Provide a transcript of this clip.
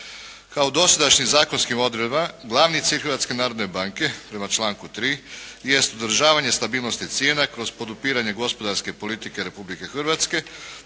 Kao dosadašnjim zakonskim odredbama glavni cilj Hrvatske narodne banke prema članku 3. jest odražavanje stabilnosti cijene kroz podupiranje gospodarske politike Republike Hrvatske